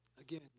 Again